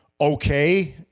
okay